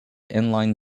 inline